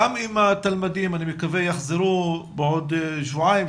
גם אם התלמידים אני מקווה שיחזרו בעוד שבועיים,